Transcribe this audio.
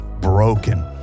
broken